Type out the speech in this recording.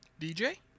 DJ